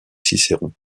cicéron